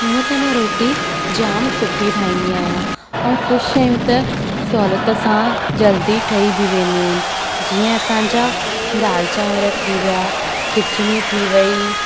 हुंअ त मां रोटी जामु सुठी ठाहींदी आहियां ऐं कुझु शयूं त सहूलियत सां जल्दी ठही बि वेंदियूं आहिनि जीअं असांजा दाल चांवर थी विया खिचड़ी थी वई